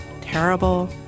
terrible